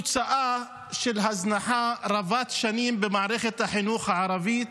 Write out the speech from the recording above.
זו תוצאה של הזנחה רבת שנים במערכת החינוך הערבית